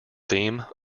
theme